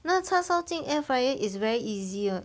那个叉烧进 air fryer is very easy [what]